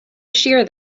shear